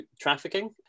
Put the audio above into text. trafficking